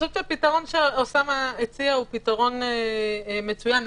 שהפתרון שאוסאמה הציע הוא פתרון מצוין.